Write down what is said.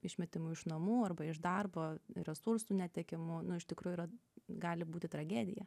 išmetimu iš namų arba iš darbo resursų netekimu iš tikrųjų yra gali būti tragedija